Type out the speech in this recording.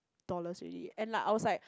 dollars already and like I was like